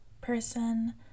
person